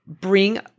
Bring